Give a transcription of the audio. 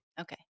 okay